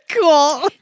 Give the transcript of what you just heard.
Cool